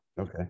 okay